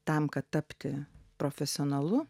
tam kad tapti profesionalu